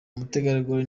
mutegarugori